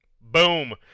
Boom